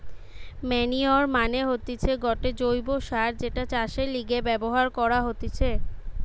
manure মানে হতিছে গটে জৈব্য সার যেটা চাষের লিগে ব্যবহার করা হতিছে